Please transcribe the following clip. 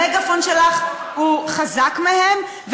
המגפון שלך הוא חזק מהם,